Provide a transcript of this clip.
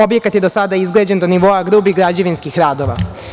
Objekat je do sada izgrađen do nivoa grubih građevinskih radova.